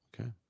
okay